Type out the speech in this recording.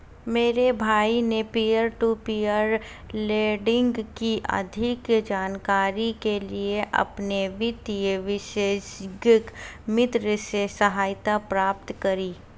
मेरे भाई ने पियर टू पियर लेंडिंग की अधिक जानकारी के लिए अपने वित्तीय विशेषज्ञ मित्र से सहायता प्राप्त करी